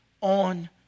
on